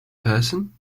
person